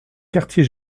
quartier